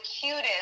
cutest